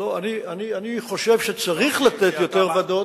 לא, אני חושב שצריך לתת יותר ועדות,